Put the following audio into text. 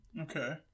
okay